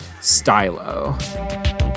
Stylo